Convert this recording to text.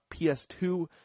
PS2